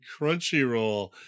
crunchyroll